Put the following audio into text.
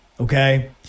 Okay